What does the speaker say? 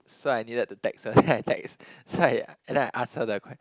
so I needed to text her then I text so I and then I ask her the